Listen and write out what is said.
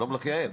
שלום לך, יעל.